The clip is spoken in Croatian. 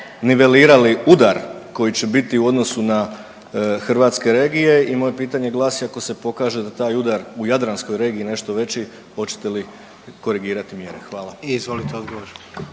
nivelirali udar koji će biti u odnosu na hrvatske regije i moje pitanje glasi ako se pokaže da taj udar u jadranskoj regiji nešto veći hoćete li korigirati mjere. Hvala.